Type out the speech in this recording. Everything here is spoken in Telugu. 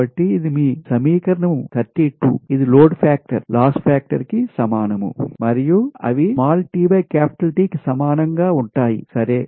కాబట్టి ఇది మీ సమీకరణం 32 ఇది లోడ్ ఫాక్టర్ లాస్ ఫాక్టర్ కి సమానం మరియు అవి కి సమానం గా ఉంటాయిసరే